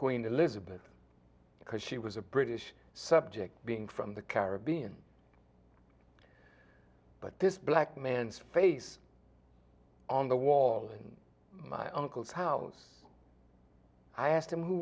queen elizabeth because she was a british subject being from the caribbean but this black man's face on the wall in my uncle's house i asked him who